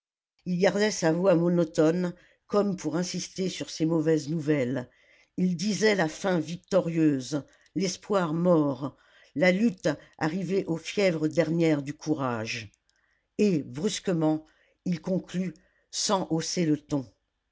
il gardait sa voix monotone comme pour insister sur ces mauvaises nouvelles il disait la faim victorieuse l'espoir mort la lutte arrivée aux fièvres dernières du courage et brusquement il conclut sans hausser le ton